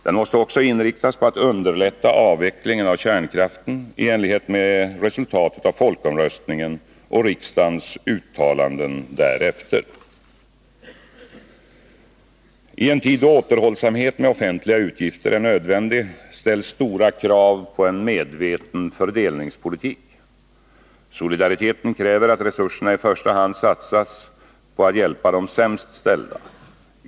Den måste också inriktas på att underlätta avvecklingen av kärnkraften i enlighet med resultatet av folkomröstningen och riksdagens uttalanden därefter. I en tid då återhållsamhet med offentliga utgifter är nödvändig ställs stora krav på en medveten fördelningspolitik. Solidariteten kräver att resurserna i första hand satsas på att hjälpa de sämst ställda.